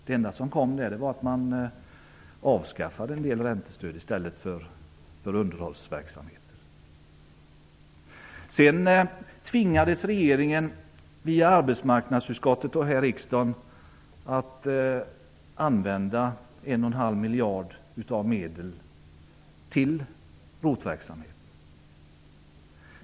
Det enda som kom var att man avskaffade en del räntestöd i stället för att skapa underhållsverksamheter. Sedan tvingades regeringen via arbetsmarknadsutskottet här i riksdagen att använda ca 1,5 miljarder till ROT-verksamhet.